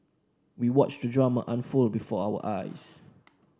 we watched the drama unfold before our eyes